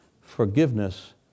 forgiveness